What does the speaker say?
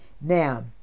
Now